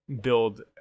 build